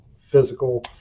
physical